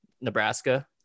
Nebraska